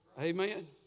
Amen